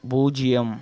பூஜ்ஜியம்